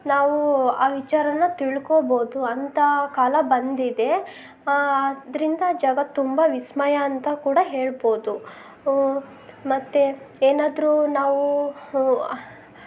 ನಾವು ಆ ವಿಚಾರಾನ ತಿಳ್ಕೋಬೋದು ಅಂಥ ಕಾಲ ಬಂದಿದೆ ಅದರಿಂದ ಜಗತ್ತು ತುಂಬ ವಿಸ್ಮಯ ಅಂತ ಕೂಡ ಹೇಳ್ಬೋದು ಮತ್ತು ಏನಾದರೂ ನಾವು